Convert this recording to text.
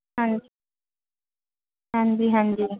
ਹਾਂਜੀ ਹਾਂਜੀ ਹਾਂਜੀ